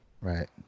right